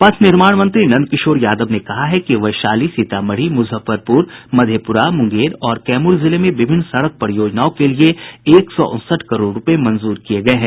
पथ निर्माण मंत्री नंदकिशोर यादव ने कहा है कि वैशाली सीतामढ़ी मुजफ्फरपूर मधेपुरा मुंगेर और कैमूर जिले में विभिन्न सड़क परियोजनाओं के लिए एक सौ उनसठ करोड़ रूपये मंजूर किये गये हैं